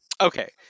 okay